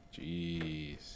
Jeez